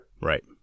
Right